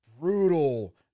brutal